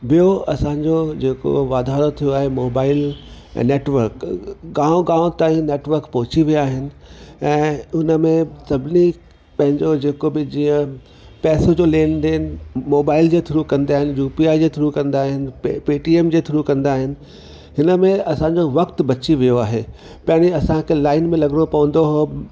ॿियो असांजो जेको वाधारो थियो आहे मोबाईल ऐं नेटवर्क गांव गांव ताईं नेटवर्क पहुची विया आहिनि ऐं उन में सभिनी पैंजो जेको बि जीअं पैसो जो लेनदेन मोबाईल जे थ्रू कंदा आइन यूपीआई जे थ्रू कंदा आहिनि पेटीएम जे थ्रू कंदा आहिनि हिन में असांजो वख्त बची वियो आहे पहरियों असांखे लाईन में लॻणो पवंदो हुओ